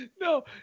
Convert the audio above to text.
No